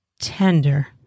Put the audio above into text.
Tender